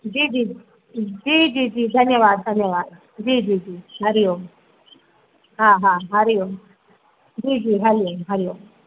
जी जी जी जी जी धन्यवाद धन्यवाद जी जी जी हरिओम हा हा हरिओम जी जी हरिओम हरिओम